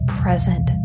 present